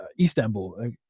Istanbul